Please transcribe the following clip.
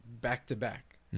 back-to-back